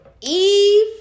Eve